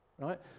right